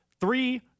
Three